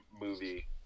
movie